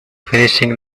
finishing